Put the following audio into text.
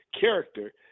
character